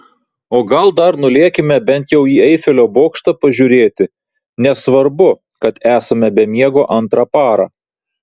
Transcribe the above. o gal dar nulėkime bent jau į eifelio bokštą pažiūrėti nesvarbu kad esame be miego antrą parą